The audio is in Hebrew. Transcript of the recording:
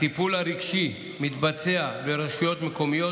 הטיפול הרגשי מתבצע ברשויות המקומיות,